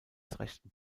rechten